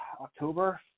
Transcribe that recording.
October